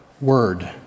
word